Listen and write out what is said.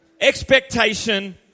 Expectation